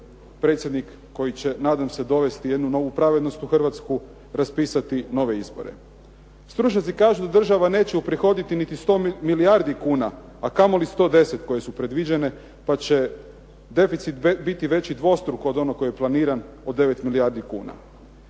predsjednik koji će nadam se dovesti jednu novu pravednost u Hrvatsku, raspisati nove izbore. Stručnjaci kažu da država neće uprihoditi niti 100 milijardi kuna, a kamoli 110 koje su predviđene, pa će deficit biti dvostruko veći od 9 milijardi kuna.